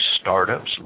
startups